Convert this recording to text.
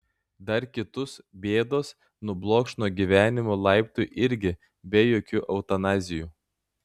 dar kitus bėdos nublokš nuo gyvenimo laiptų irgi be jokių eutanazijų